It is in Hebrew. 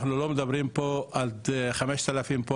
אנחנו לא מדברים פה על חמשת אלפים,